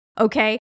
okay